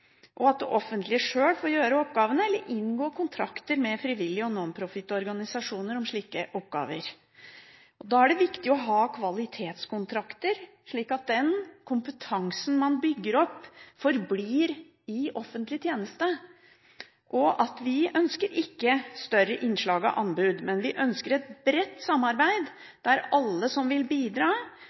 og at det offentlige sjøl får gjøre oppgavene eller inngå kontrakter med frivillige og non-profit-organisasjoner om slike oppgaver. Da er det viktig å ha kvalitetskontrakter, slik at den kompetansen man bygger opp, forblir i offentlig tjeneste. Vi ønsker ikke større innslag av anbud, men et bredt samarbeid der alle som vil bidra,